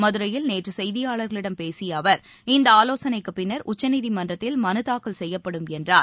மதுரையில் நேற்று செய்தியாளர்களிடம் பேசிய அவர் இந்த ஆவோசனைக்குப் பின்னர் உச்சநீதிமன்றத்தில் மனு தாக்கல் செய்யப்படும் என்றார்